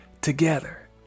Together